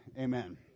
amen